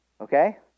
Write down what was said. Okay